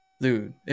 Dude